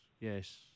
Yes